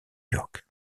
york